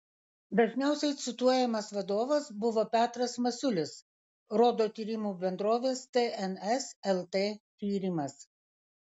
dažniausiai cituojamas vadovas buvo petras masiulis rodo tyrimų bendrovės tns lt tyrimas